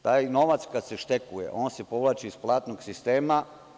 Taj novac kada se štekuje, on se povlači iz platnog sistema.